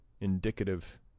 indicative